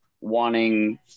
wanting